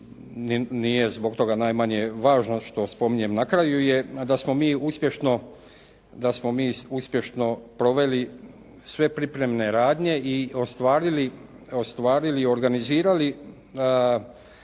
nije zbog toga najmanje važno što spominjem na kraju je uspješno da smo mi uspješno proveli sve pripremne radnje i ostvarili, organizirali